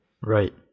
Right